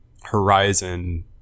Horizon